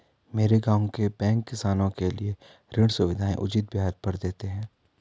मेरे गांव के बैंक किसानों के लिए ऋण सुविधाएं उचित ब्याज पर देते हैं